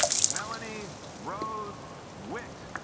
melanie rose wit